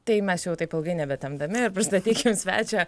tai mes jau taip ilgai nebetempdami pristatykim svečią